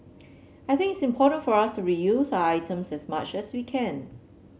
I think it's important for us to reuse items as much as we can